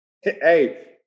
Hey